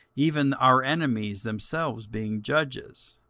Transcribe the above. even our enemies themselves being judges.